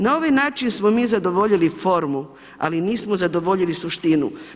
Na ovaj način smo mi zadovoljili formu ali nismo zadovoljili suštinu.